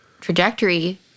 trajectory